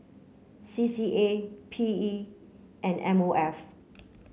C C A P E and M O F